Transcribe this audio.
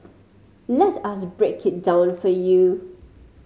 let us break it down for you